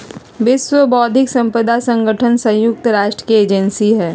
विश्व बौद्धिक साम्पदा संगठन संयुक्त राष्ट्र के एजेंसी हई